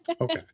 okay